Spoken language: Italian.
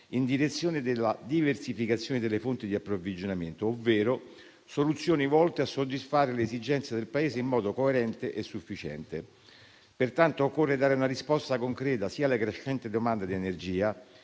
in direzione della diversificazione delle fonti di approvvigionamento, ovvero soluzioni volte a soddisfare le esigenze del Paese in modo coerente e sufficiente. Pertanto, occorre dare una risposta concreta sia alle crescenti domande di energia,